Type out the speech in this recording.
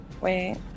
Wait